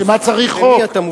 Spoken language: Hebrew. בשביל מה צריך חוק?